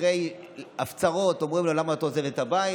אחרי הפצרות, אומרים לו: למה אתה עוזב את הבית?